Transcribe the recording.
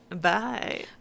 Bye